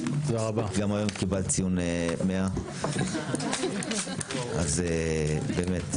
גם היום קיבלת ציון 100. אז באמת.